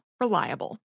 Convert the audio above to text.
Reliable